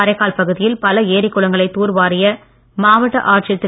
காரைக்கால் பகுதியில் பல ஏரி குளங்களை தூர் வாரிய மாவட்ட ஆட்சியர் திரு